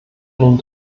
nun